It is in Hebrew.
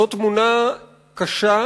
זו תמונה קשה,